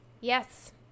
Yes